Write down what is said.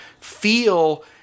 feel